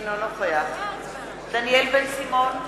אינו נוכח דניאל בן-סימון,